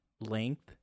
length